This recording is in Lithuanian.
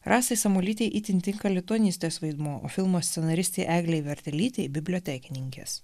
rasai samuolytei itin tinka lituanistės vaidmuo o filmo scenaristei eglei vertelytei bibliotekininkės